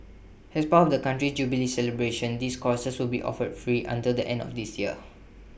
has part of the country's jubilee celebrations these courses will be offered free until the end of this year